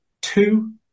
Two